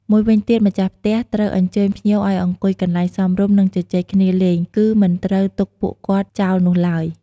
មួយវិញទៀត ម្ចាស់ផ្ទះត្រូវអញ្ចើញភ្ញៀវឱ្យអង្គុយកន្លែងសមរម្យ និង ជជែកគ្នាលេង គឺមិនត្រូវទុកពួកគាត់ចោលនោះឡើយ។